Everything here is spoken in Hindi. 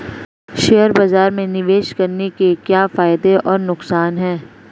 शेयर बाज़ार में निवेश करने के क्या फायदे और नुकसान हैं?